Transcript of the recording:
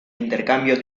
intercambio